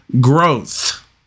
growth